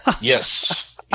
yes